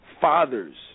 fathers